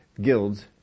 guilds